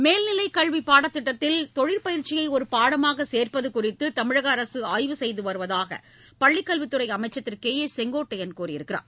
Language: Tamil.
மேல்நிலை கல்வி பாடத்திட்டத்தில் தொழிற்பயிற்சியை ஒரு பாடமாக சேர்ப்பது குறித்து தமிழக அரசு ஆய்வு செய்து வருவதாக பள்ளிக் கல்வித்துறை அமைச்சர் திரு கே ஏ செங்கோட்டையன் கூறியிருக்கிறார்